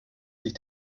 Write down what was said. sich